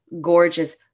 gorgeous